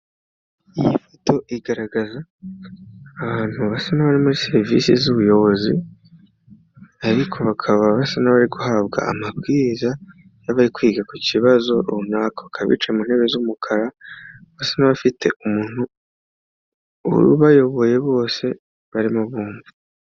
Iyi foto igaragaza abantu basa n'abari muri serivisi z'ubuyobozi ariko bakaba basa n'abari guhabwa amabwiriza y'abari kwiga ku kibazo runaka, bakaba bicaye mu ntebe z'umukara basa n'abafite umuntu ubayoboye bose barimo bumva.